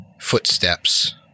footsteps